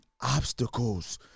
obstacles